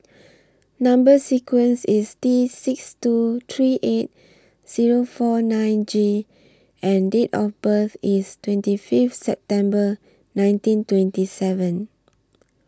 Number sequence IS T six two three eight Zero four nine G and Date of birth IS twenty Fifth September nineteen twenty seven